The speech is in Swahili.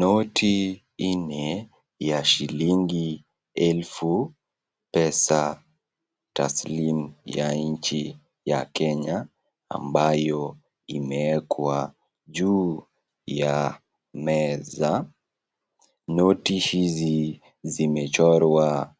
Noti nne ya shillingi elfu pesa taslimu ya nchi ya Kenya ambayo imewekwa juu ya meza. Noti hizi zimechorwa